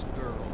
girl